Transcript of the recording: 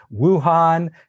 Wuhan